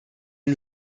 une